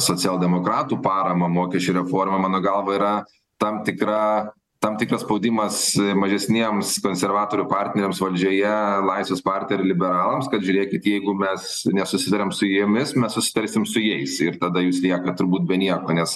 socialdemokratų paramą mokesčių reforma mano galva yra tam tikra tam tikras spaudimas mažesniems konservatorių partneriams valdžioje laisvės partija ir liberalams kad žiūrėkit jeigu mes nesusitariam su jumis mes susitarsim su jais ir tada jūs lieka turbūt be nieko nes